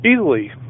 easily